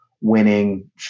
winning